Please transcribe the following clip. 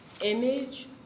image